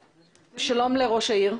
שלום לראש העיר.